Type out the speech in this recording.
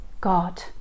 God